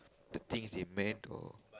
the things they meant or